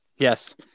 Yes